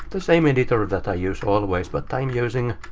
the same editor ah that i use always, but i'm using,